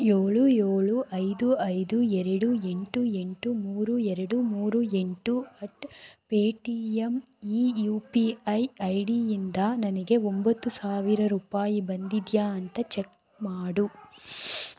ಏಳು ಏಳು ಐದು ಐದು ಎರಡು ಎಂಟು ಎಂಟು ಮೂರು ಎರಡು ಎಂಟು ಎಟ್ ಪೆ ಟಿ ಎಮ್ ಇ ಯು ಪಿ ಐ ಐ ಡಿಯಿಂದ ನನಗೆ ಒಂಬತ್ತು ಸಾವಿರ ರೂಪಾಯಿ ಬಂದಿದೆಯಾ ಅಂತ ಚೆಕ್ ಮಾಡು